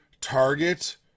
Target